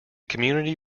community